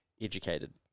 educated